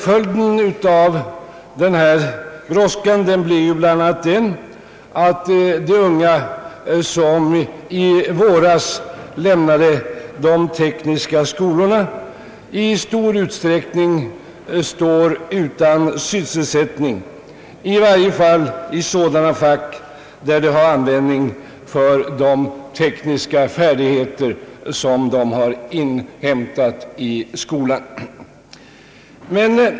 Följden av denna brådska blev bl.a. den att de ungdomar som i våras lämnade de tekniska skolorna i stor utsträckning står utan sysselsättning, i varje fall i sådana fack där de har användning för de tekniska färdigheter som de har inhämtat i skolan.